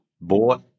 bought